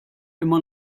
immer